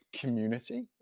community